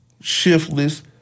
shiftless